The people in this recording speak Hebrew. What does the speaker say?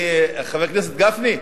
חבר הכנסת גפני,